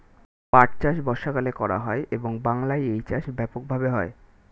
পাট চাষ বর্ষাকালে করা হয় এবং বাংলায় এই চাষ ব্যাপক ভাবে হয়